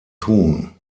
tun